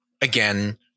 again